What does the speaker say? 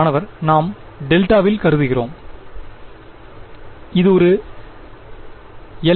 மாணவர் நாம் டெல்ட்டாவில் கருதுகிறோம் இது ஒரு எல்